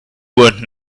worth